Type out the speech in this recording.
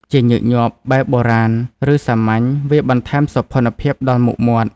ជាញឹកញាប់បែបបុរាណ ឬសាមញ្ញ វាបន្ថែមសោភ័ណភាពដល់មុខមាត់។